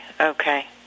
okay